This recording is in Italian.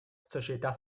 società